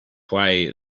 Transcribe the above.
why